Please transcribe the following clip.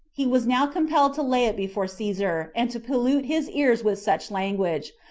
he was now compelled to lay it before caesar, and to pollute his ears with such language,